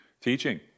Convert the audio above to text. Teaching